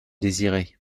désirez